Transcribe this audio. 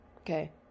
okay